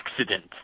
accident